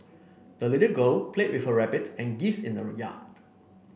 the little girl played with her rabbit and geese in the yard